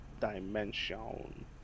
dimension